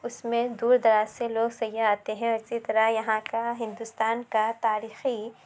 اس میں دور دراز سے لوگ سیاح آتے ہیں اور اسی طرح یہاں کا ہندوستان کا تاریخی